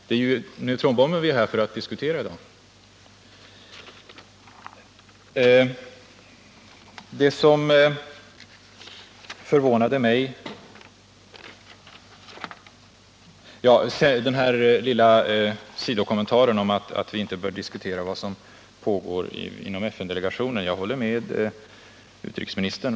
Det är ju neutronbomben vi är här för att diskutera i dag! Utrikesministern gjorde en liten sidokommentar om att vi inte bör diskutera vad som pågår inom FN-delegationen. Jag håller med honom på den punkten.